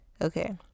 Okay